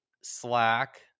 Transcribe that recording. Slack